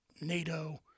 NATO